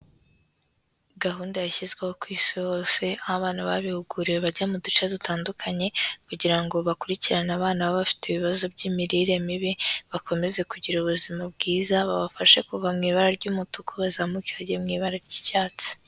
Gahunda yashyizweho ku Isi hose aho abantu babihuguriwe bajya mu duce dutandukanye, kugira ngo bakurikirane abana baba bafite ibibazo by'imirire mibi, bakomeze kugira ubuzima bwiza, babafashe kuva mu ibara ry'umutuku bazamuka bajye mu ibara ry'icyatsi.